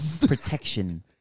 Protection